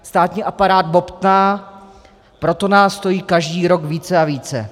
Státní aparát bobtná, proto nás stojí každý rok více a více.